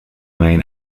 main